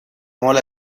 mola